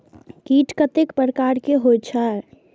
कीट कतेक प्रकार के होई छै?